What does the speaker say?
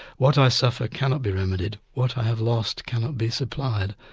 what i suffer cannot be remedied what i have lost cannot be supplied.